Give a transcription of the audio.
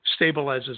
stabilizes